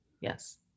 Yes